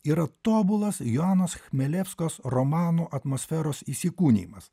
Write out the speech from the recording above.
yra tobulas joanos chmelevskos romanų atmosferos įsikūnijimas